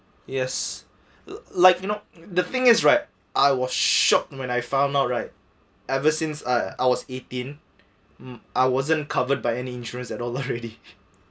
yes like you know the thing is right I was shocked when I found out right ever since I I was eighteen um I wasn't covered by any insurance at all already